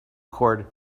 cord